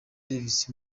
davis